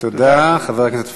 תודה, חבר הכנסת פריג'.